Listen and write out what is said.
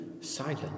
silent